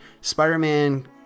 spider-man